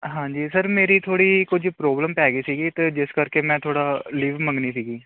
ਹਾਂਜੀ ਸਰ ਮੇਰੀ ਥੋੜ੍ਹੀ ਕੁਝ ਪ੍ਰੋਬਲਮ ਪੈ ਗਈ ਸੀਗੀ ਅਤੇ ਜਿਸ ਕਰਕੇ ਮੈਂ ਥੋੜ੍ਹਾ ਲੀਵ ਮੰਗਣੀ ਸੀਗੀ